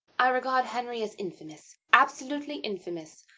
i regard henry as infamous, absolutely infamous.